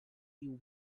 you